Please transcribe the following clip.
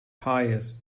pious